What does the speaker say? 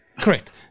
correct